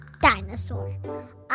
dinosaur